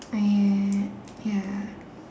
ah yeah ya